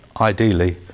ideally